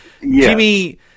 Jimmy